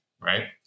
right